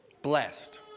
Blessed